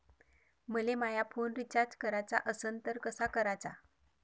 मले माया phone recharge कराचा असन तर कसा कराचा?